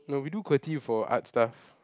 no we do qwerty for art stuff